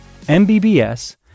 MBBS